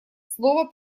слово